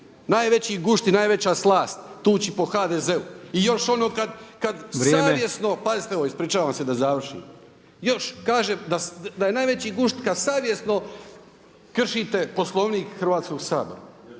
najveći gušt i najveća slast tuči po HDZ-u i još ono kad savjesno… …/Upadica Brkić: Vrijeme./… … pazite ovo, ispričavam se da završim. Još kaže da je najveći gušt kad savjesno kršite Poslovnik Hrvatskog sabora